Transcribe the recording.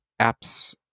apps